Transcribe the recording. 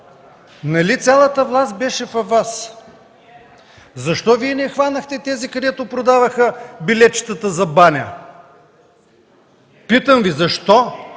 Нали цялата власт беше във Вас? Защо Вие не хванахте тези, които продаваха билетчетата за баня? Питам Ви: защо?